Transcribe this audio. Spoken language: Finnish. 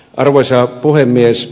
arvoisa puhemies